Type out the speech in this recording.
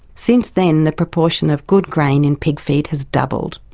since then the proportion of good grain in pig feed has doubled.